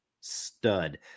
stud